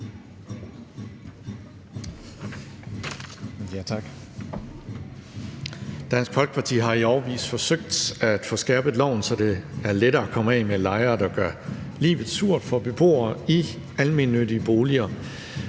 Dansk Folkeparti har i årevis forsøgt at få skærpet loven, så det er lettere at komme af med lejere, der gør livet surt for beboere i almennyttige boliger.